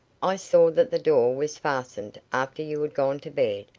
i saw that the door was fastened after you had gone to bed,